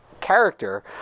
character